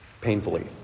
Painfully